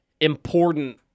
important